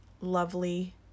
lovely